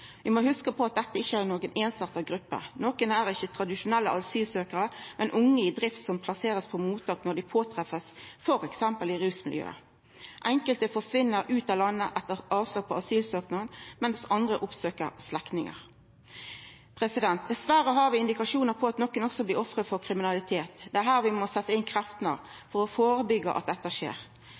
må hugsa at dette ikkje er noka einsarta gruppe. Nokre er ikkje tradisjonelle asylsøkjarar, men unge i drift som blir plasserte på mottak når dei blir trefte på f.eks. i rusmiljøet. Enkelte forsvinn ut av landet etter avslag på asylsøknaden, mens andre oppsøkjer slektningar. Dessverre har vi indikasjonar på at nokre også blir offer for kriminalitet. Det er her vi må setja inn kreftene for å førebyggja at dette skjer.